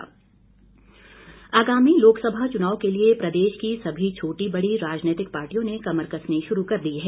कांग्रे स आगामी लोकसभा चुनाव के लिए प्रदेश की सभी छोटी बड़ी राजनैतिक पार्टियों ने कमर कसनी शुरू कर दी है